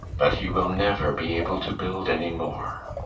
but he will never be able to build any more.